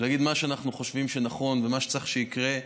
ולהגיד את מה שאנחנו חושבים שנכון ומה שצריך שיקרה.